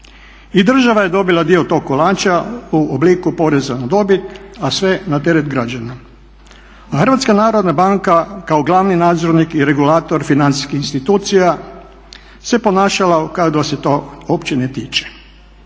I država je dobila dio tog kolača u obliku poreza na dobit, a sve na teret građana. HNB kao glavni nadzornik i regulator financijskih institucija se ponašala kao da je se to uopće ne tiče.